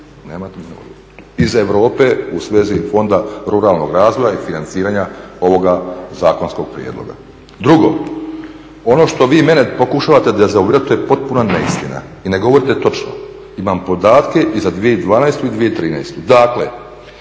istina. Iz Europe u svezi Fonda ruralnog razvoja i financiranja ovoga zakonskog prijedloga. Drugo, ono što vi mene pokušavate dezavuirati to je potpuna neistina i ne govorite točno. Imam podatke i za 2012. i za 2013.